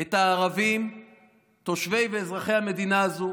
את הערבים תושבי ואזרחי המדינה הזו